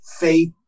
faith